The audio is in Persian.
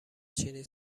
چینی